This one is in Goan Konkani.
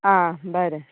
आं बरें